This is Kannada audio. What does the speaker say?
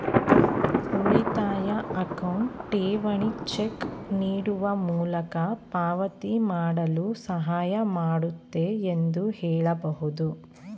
ಉಳಿತಾಯ ಅಕೌಂಟ್ ಠೇವಣಿ ಚೆಕ್ ನೀಡುವ ಮೂಲಕ ಪಾವತಿ ಮಾಡಲು ಸಹಾಯ ಮಾಡುತ್ತೆ ಎಂದು ಹೇಳಬಹುದು